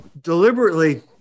deliberately